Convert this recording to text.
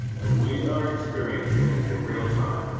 and we are experiencing it in real time.